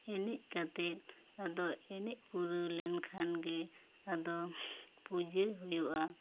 ᱮᱱᱮᱡ ᱠᱟᱛᱮᱜ ᱟᱫᱚ ᱮᱱᱮᱡ ᱯᱩᱨᱟᱹᱣ ᱞᱮᱱ ᱠᱷᱟᱱ ᱜᱮ ᱟᱫᱚ ᱯᱩᱡᱟᱹ ᱦᱩᱭᱩᱜᱼᱟ